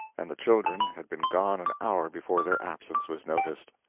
and the children had been gone an hour before their absence was noticed.